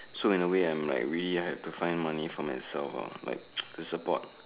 so and way I'm like really have to find money for myself ah like to support